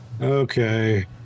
Okay